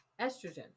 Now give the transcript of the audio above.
estrogen